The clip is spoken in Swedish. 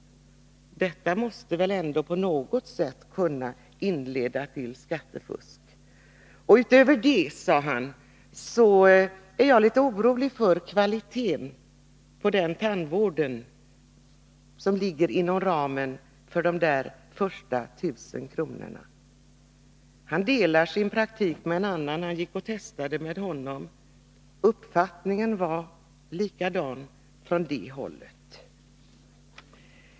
Detta måste väl ändå på något sätt kunna fresta till skattefusk? Och utöver det, sade han, är jag litet orolig för kvaliteten på den tandvård som ligger inom ramen för de där första 1 000 kronorna. Han delar sin praktik med en annan tandläkare och gick och testade på honom. Uppfattningen var likadan på det hållet.